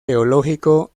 teológico